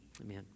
Amen